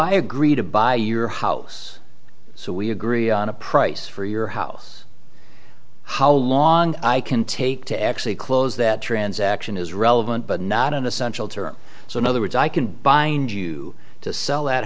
i agree to buy your house so we agree on a price for your house how long i can take to actually close that transaction is relevant but not in essential terms so in other words i can bind you to sell that